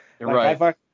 Right